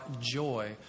joy